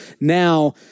Now